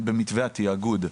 במתווה התאגוד,